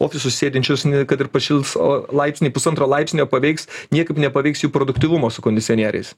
ofisus sėdinčius kad ir pašils o laipsnį pusantro laipsnio paveiks niekaip nepaveiks jų produktyvumo su kondicionieriais